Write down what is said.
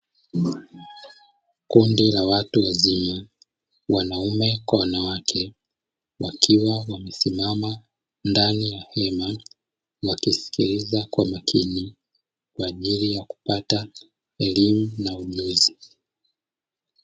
Kundi la watu wazima wanaume kwa wanawake wakiwa wamesimama ndani ya hema, wakisikiliza kwa makini kwa ajili ya kupata elimu na ujuzi.